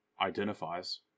identifies